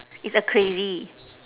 it's a crazy